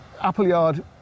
Appleyard